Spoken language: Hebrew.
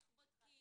איך צופה,